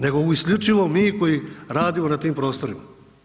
Nego isključivo mi koji radimo na tim prostorima.